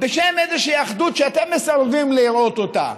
בשם איזושהי אחדות שאתם מסרבים לראות אותה,